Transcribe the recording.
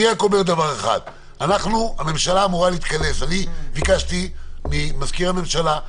אני רק אומר שהממשלה אמורה להתכנס ואני ביקשתי ממזכיר הממשלה,